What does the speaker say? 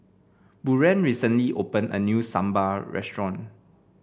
Buren recently opened a new Sambar Restaurant